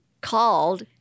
called